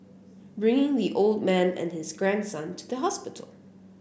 bringing the old man and his grandson to the hospital